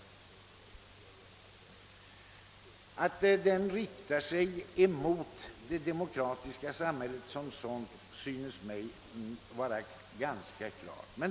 Att den ytterst riktar sig mot det demokratiska samhället synes mig vara klart.